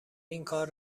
اینکار